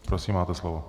Prosím, máte slovo.